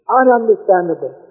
ununderstandable